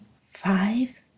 five